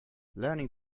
learning